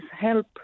help